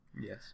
Yes